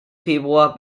februar